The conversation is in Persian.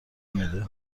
میده